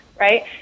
right